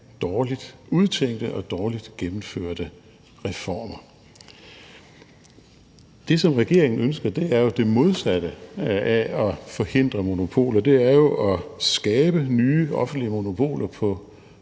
dårligt udtænkte og dårligt gennemførte reformer. Det, som regeringen ønsker, er jo det modsatte af at forhindre monopol – og det er jo at skabe nye offentlige monopoler på